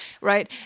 right